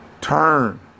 Turn